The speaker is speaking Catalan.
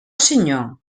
senyor